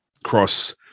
cross